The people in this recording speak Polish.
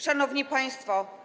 Szanowni Państwo!